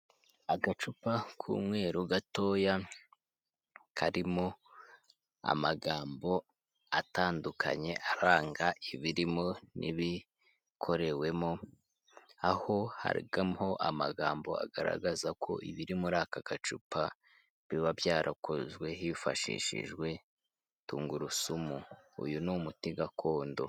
Agacupa k'umweru gatoya karimo amagambo atandukanye aranga ibirimo n'ibikorewemo, aho hagamo amagambo agaragaza ko ibiri muri aka gacupa biba byarakozwe hifashishijwe tungurusumu, uyu ni umuti gakondo.